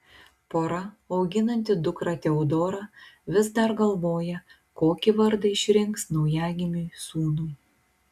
pora auginanti dukrą teodorą vis dar galvoja kokį vardą išrinks naujagimiui sūnui